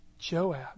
Joab